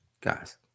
Guys